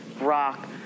rock